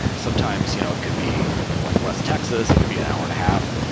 sometimes you know it could be in like west texas. it could be an hour and a half,